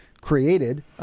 created